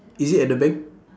is it at the bank